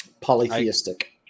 polytheistic